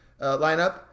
lineup